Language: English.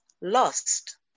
lost